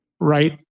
right